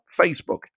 Facebook